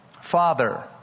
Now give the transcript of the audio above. Father